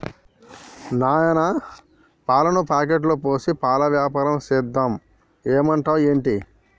నాయనా పాలను ప్యాకెట్లలో పోసి పాల వ్యాపారం సేద్దాం ఏమంటావ్ ఏంటి